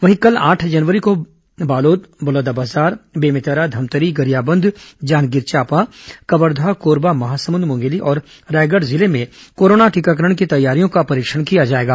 वहीं कल आठ जनवरी को बालोद बलौदाबाजार बेमेतरा धमतरी गरियाबंद जांजगीर चांपा कवर्धा कोरबा महासमुंद मुंगेली और रायगढ़ जिले में कोरोना टीकाकरण की तैयारियों का परीक्षण किया जाएगा